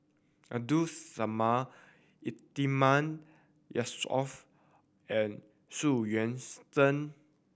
Abdul Samad Yatiman Yusof and Yuan Zhen